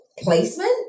placement